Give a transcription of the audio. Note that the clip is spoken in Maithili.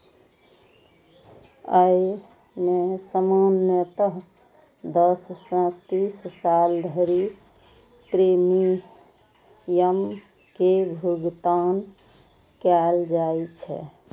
अय मे सामान्यतः दस सं तीस साल धरि प्रीमियम के भुगतान कैल जाइ छै